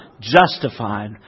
justified